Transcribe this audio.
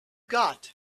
got